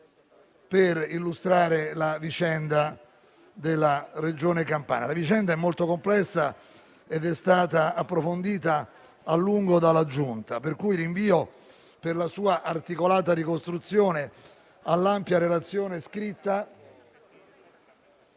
per illustrare la vicenda della Regione Campania. La vicenda è molto complessa ed è stata approfondita a lungo dalla Giunta, ragion per cui rinvio, per la sua articolata ricostruzione, all'ampia relazione scritta,